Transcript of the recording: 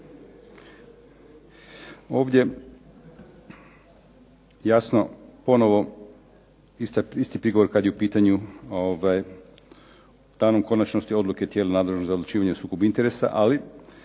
ovdje jasno ponovno isti prigovor kad je u pitanju danom konačnosti odluke tijelo nadležno za odlučivanje o sukobu interesa, ali